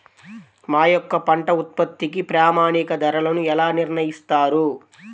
మా యొక్క పంట ఉత్పత్తికి ప్రామాణిక ధరలను ఎలా నిర్ణయిస్తారు?